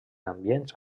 ambients